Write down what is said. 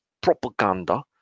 propaganda